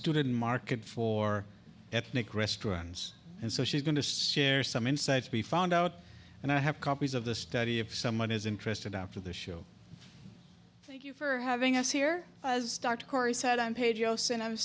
student market for ethnic restaurants and so she's going to share some insights be found out and i have copies of the study if someone is interested after the show thank you for having us here was start